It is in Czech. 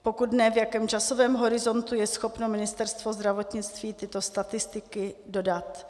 Pokud ne, v jakém časovém horizontu je schopno Ministerstvo zdravotnictví tyto statistiky dodat?